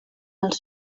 els